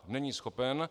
Není schopen.